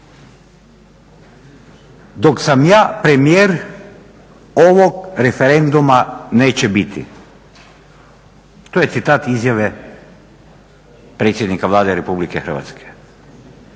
Dok sam ja premijer ovog referenduma neće biti, to je citat izjave predsjednika Vlade Republike Hrvatske.